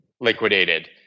liquidated